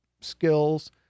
skills